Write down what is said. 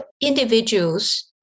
individuals